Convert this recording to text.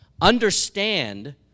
Understand